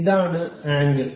ഇതാണ് ആംഗിൾ